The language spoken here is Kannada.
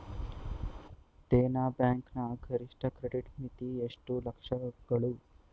ದೇನಾ ಬ್ಯಾಂಕ್ ನ ಗರಿಷ್ಠ ಕ್ರೆಡಿಟ್ ಮಿತಿ ಎಷ್ಟು ಲಕ್ಷಗಳು?